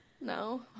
No